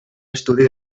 estudi